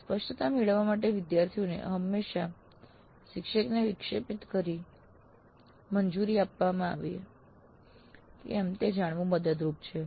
સ્પષ્ટતા મેળવવા માટે વિદ્યાર્થીઓને હંમેશા શિક્ષકને વિક્ષેપિત કરવાની મંજૂરી આપવામાં આવી હતી કે કેમ તે જાણવું મદદરૂપ છે